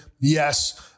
Yes